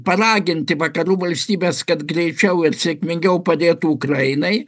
paraginti vakarų valstybes kad greičiau ir sėkmingiau padėtų ukrainai